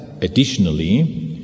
additionally